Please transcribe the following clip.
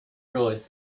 realise